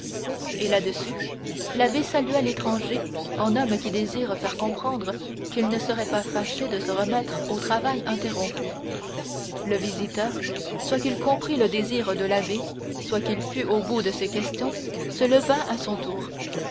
et là-dessus l'abbé salua l'étranger en homme qui désire faire comprendre qu'il ne serait pas fâché de se remettre au travail interrompu le visiteur soit qu'il comprît le désir de l'abbé soit qu'il fût au bout de ses questions se leva à son tour